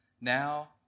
Now